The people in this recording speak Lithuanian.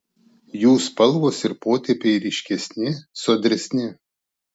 jų spalvos ir potėpiai ryškesni sodresni